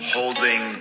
Holding